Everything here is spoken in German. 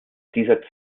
dieser